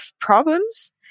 problems